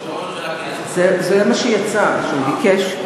זה מה שיצא, שהוא ביקש,